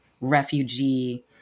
refugee